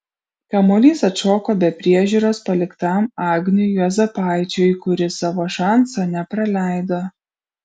kamuolys atšoko be priežiūros paliktam agniui juozapaičiui kuris savo šanso nepraleido